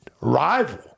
rival